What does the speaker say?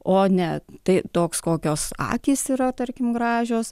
o ne tai toks kokios akys yra tarkim gražios